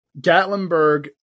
Gatlinburg